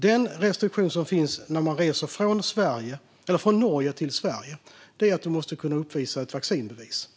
Den restriktion som finns när man reser från Norge till Sverige är att man måste kunna uppvisa ett vaccinbevis.